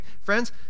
Friends